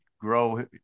grow